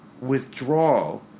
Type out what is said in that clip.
withdrawal